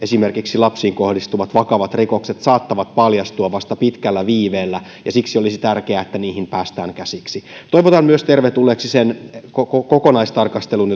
esimerkiksi monet lapsiin kohdistuvat vakavat rikokset saattavat paljastua vasta pitkällä viiveellä ja siksi olisi tärkeää että niihin päästään käsiksi toivotan tervetulleeksi myös sen kokonaistarkastelun